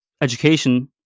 education